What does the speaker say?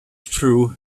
true